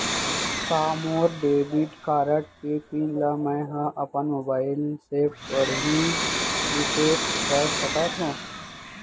का मोर debit card के पिन ल मैं ह अपन मोबाइल से पड़ही रिसेट कर सकत हो?